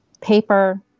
paper